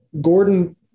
Gordon